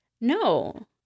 No